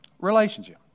Relationship